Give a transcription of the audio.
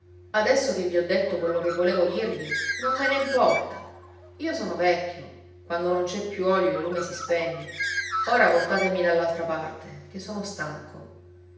adesso che vi ho detto quello che volevo dirvi non me ne importa io sono vecchio quando non c'è più olio il lume si spegne ora voltatemi dall'altra parte che sono stanco